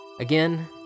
Again